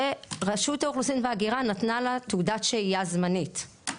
שרשות האוכלוסין וההגירה נתנה לה תעודת שהייה זמנית,